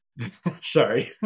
Sorry